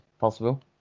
possible